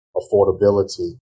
affordability